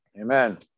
amen